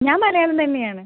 ഞാൻ മലയാളം തന്നെയാണ്